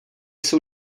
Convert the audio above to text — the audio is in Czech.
jsou